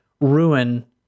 ruin